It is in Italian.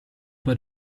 tua